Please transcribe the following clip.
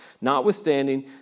notwithstanding